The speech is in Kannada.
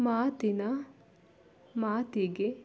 ಮಾತಿನ ಮಾತಿಗೆ